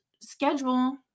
schedule